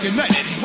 United